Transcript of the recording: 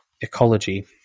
ecology